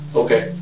okay